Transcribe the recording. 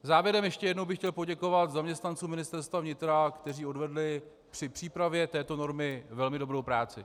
Závěrem ještě jednou bych chtěl poděkovat zaměstnancům Ministerstva vnitra, kteří odvedli při přípravě této normy velmi dobrou práci.